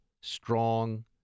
strong